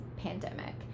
pandemic